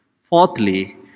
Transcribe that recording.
Fourthly